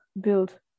build